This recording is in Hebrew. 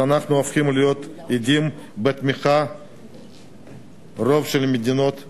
אנחנו הופכים להיות עדים לתמיכתן של רוב מדינות העולם.